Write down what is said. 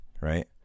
right